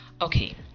Okay